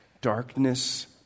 darkness